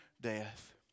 death